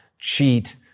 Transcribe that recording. cheat